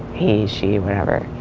he, she, whatever.